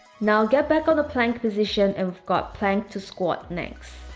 now get back on the plank position and we've got plank to squat next